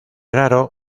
raro